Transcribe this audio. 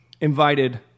invited